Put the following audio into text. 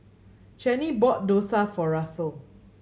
Chanie bought dosa for Russel